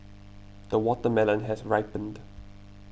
the watermelon has ripened